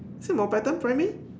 is it Mountbatten Primary